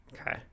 Okay